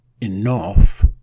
enough